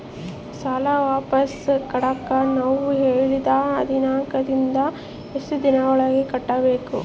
ಸಾಲ ವಾಪಸ್ ಕಟ್ಟಕ ನೇವು ಹೇಳಿದ ದಿನಾಂಕದಿಂದ ಎಷ್ಟು ದಿನದೊಳಗ ಕಟ್ಟಬೇಕು?